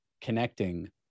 connecting